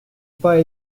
pas